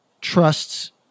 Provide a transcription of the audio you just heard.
trusts